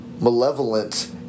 malevolent